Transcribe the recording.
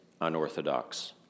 unorthodox